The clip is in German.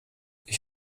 ich